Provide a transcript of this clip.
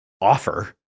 offer